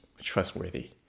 trustworthy